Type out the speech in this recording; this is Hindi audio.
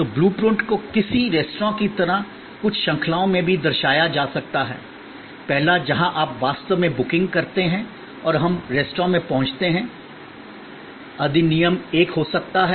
तो ब्लू प्रिंट को किसी रेस्तरां की तरह की कुछ श्रृंखलाओं में भी दर्शाया जा सकता है पहला जहां आप वास्तव में बुकिंग करते हैं और हम रेस्तरां में पहुंचते हैं अधिनियम 1 हो सकता है